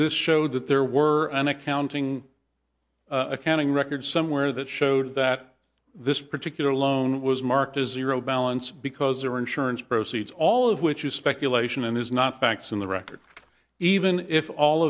this showed that there weren't accounting accounting records somewhere that showed that this particular loan was marked as zero balance because their insurance proceeds all of which is speculation and is not facts in the record even if all